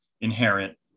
inherent